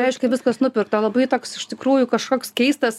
reiškia viskas nupirkta labai toks iš tikrųjų kažkoks keistas